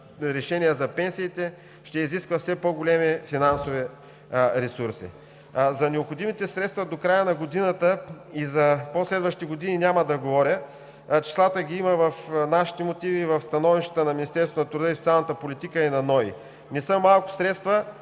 решение за пенсиите ще изисква все по големи финансови ресурси. За необходимите средства до края на годината и за по следващи години няма да говоря. Числата ги има в нашите мотиви и в становищата на Министерството на труда и социалната политика, и на НОИ. Не са малко средства,